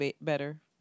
better